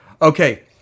Okay